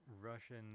Russian